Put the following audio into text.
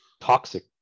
toxic